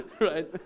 Right